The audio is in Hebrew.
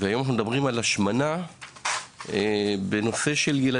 אז היום אנחנו מדברים על נושא של השמנה בקרב ילדים.